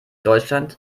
deutschland